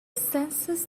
census